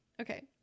Okay